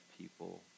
people